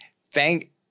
thank